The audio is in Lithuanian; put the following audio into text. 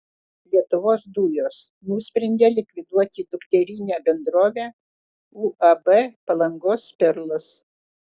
lietuvos dujos nusprendė likviduoti dukterinę bendrovę uab palangos perlas